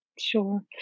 Sure